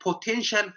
potential